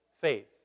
faith